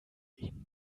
ihn